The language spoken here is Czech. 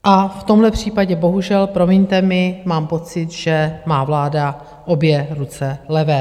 V tomhle případě bohužel, promiňte mi, mám pocit, že má vláda obě ruce levé.